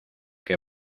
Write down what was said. que